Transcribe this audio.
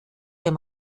dem